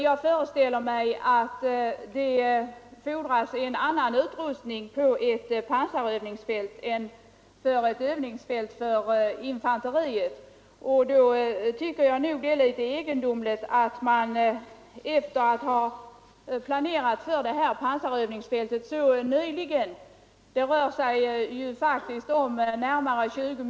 Jag föreställer mig att det fordras en annan utrustning för ett pansarövningsfält än för ett övningsfält för infanteriet, och därför tycker jag det är litet egendomligt att man vid planeringen nyligen för det här pansarövningsfältet inte hade kunnat förutse detta.